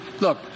Look